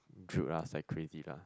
drilled us like crazy lah